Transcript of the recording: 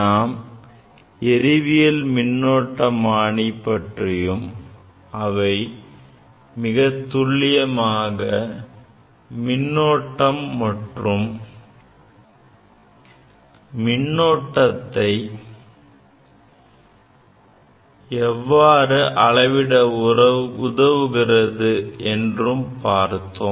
நாம் எறிவியல் மின்னோட்டமானி பற்றியும் அவை மிகத் துல்லியமாக மின்னோட்டம் மற்றும் மின்னூட்டத்தை எவ்வாறு அளவிட உதவுகிறது என்றும் பார்த்தோம்